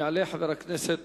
יעלה חבר הכנסת